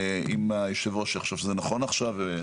אם יושב הראש יחשוב שזה נכון עכשיו.